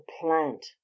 plant